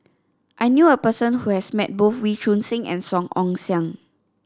I knew a person who has met both Wee Choon Seng and Song Ong Siang